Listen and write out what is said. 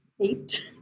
eight